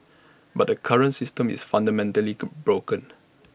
but the current system is fundamentally broken